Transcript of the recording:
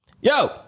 Yo